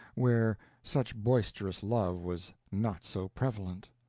where such boisterous love was not so prevalent.